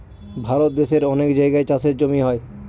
ভারত দেশের অনেক জায়গায় চাষের জমি হয়